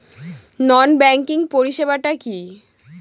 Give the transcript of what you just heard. নন banking পরিষেবা টা কি?